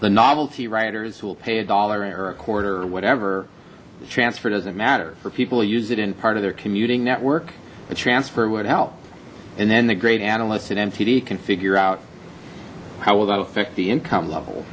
the novelty writers will pay a dollar or a quarter or whatever the transfer doesn't matter for people use it in part of their commuting network a transfer would help and then the great analyst at mtd can figure out how will that affect the income level